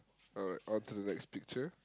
alright on to the next picture